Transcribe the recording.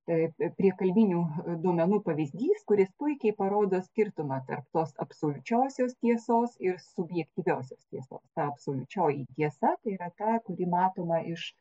tai priekalbinių duomenų pavyzdys kuris puikiai parodo skirtumą tarp tos absoliučiosios tiesos ir subjektyviosios tiesos ta absoliučioji tiesa tai yra ta kuri matoma iš